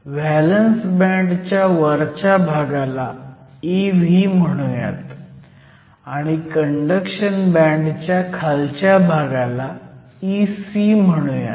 valence बँडच्या वरच्या भागाला Ev म्हणूयात आणि कंडक्शन बँडच्या खालच्या भागाला Ec म्हणूयात